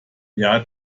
jahr